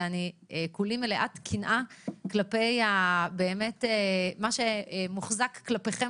שכולי מליאת קנאה כלפי מה שמוחזק כלפיכם